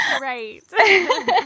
right